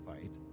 fight